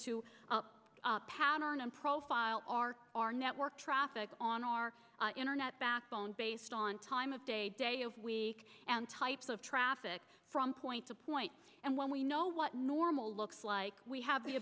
to pattern and profile our our network traffic on our internet backbone based on time of day day of week and type of traffic from point to point and when we know what normal looks like we have the